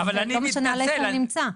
רופא - לא משנה איפה הוא נמצא.